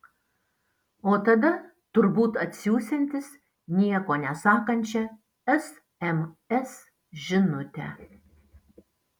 o tada turbūt atsiųsiantis nieko nesakančią sms žinutę